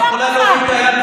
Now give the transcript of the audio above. את יכולה להוריד את היד,